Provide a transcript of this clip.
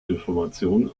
informationen